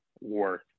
worth